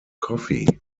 coffee